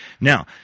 now